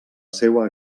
seua